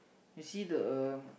you see the uh